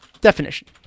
Definition